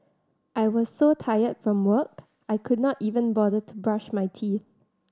I was so tired from work I could not even bother to brush my teeth